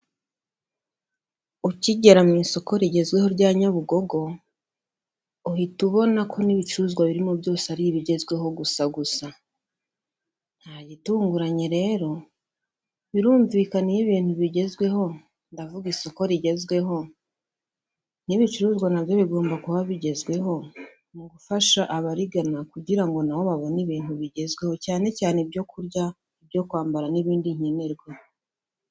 Ukigera mu isoko rigezweho rya nyabugogo uhita ubona ko n'ibicuruzwa birimo byose ari ibigezweho gusa gusa, nta gitunguranye rero birumvikana iyo ibintu bigezweho ndavuga isoko rigezweho, n'ibicuruzwa nabyo bigomba kuba bigezweho mu gufasha abarigana kugira ngo nabo babone ibintu bigezweho cyane cyane ibyo kurya, ibyo kwambara n'ibindi nkenerwa.